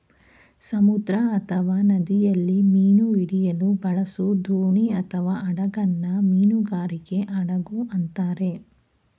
ಸಮುದ್ರ ಅಥವಾ ನದಿಯಲ್ಲಿ ಮೀನು ಹಿಡಿಯಲು ಬಳಸೋದೋಣಿಅಥವಾಹಡಗನ್ನ ಮೀನುಗಾರಿಕೆ ಹಡಗು ಅಂತಾರೆ